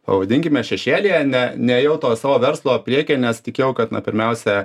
pavadinkime šešėlyje ne nėjau to savo verslo priekyje nes tikėjau kad na pirmiausia